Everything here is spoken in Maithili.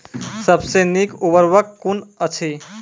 सबसे नीक उर्वरक कून अछि?